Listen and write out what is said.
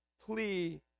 plea